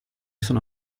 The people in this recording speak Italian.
sono